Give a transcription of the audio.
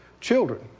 children